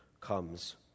comes